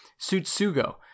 Sutsugo